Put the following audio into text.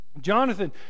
Jonathan